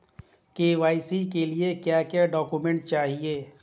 KYC के लिए क्या क्या डॉक्यूमेंट चाहिए?